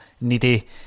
needy